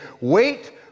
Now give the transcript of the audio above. wait